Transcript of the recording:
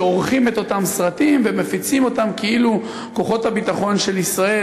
שעורכים את אותם סרטים ומפיצים אותם כאילו כוחות הביטחון של ישראל,